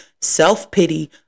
self-pity